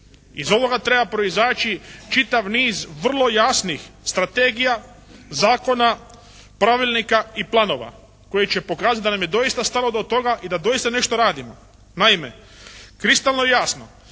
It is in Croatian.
Iz ovoga treba proizaći čitav niz vrlo jasnih strategija, zakona, pravilnika i planova koji će pokazati da nam je doista stalo do toga i da doista nešto radimo. Naime, kristalno je jasno